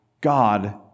God